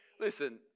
Listen